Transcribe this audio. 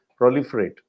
proliferate